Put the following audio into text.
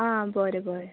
आं बरें बरें